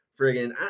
friggin